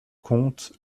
comte